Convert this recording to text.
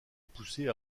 poussée